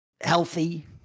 healthy